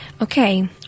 Okay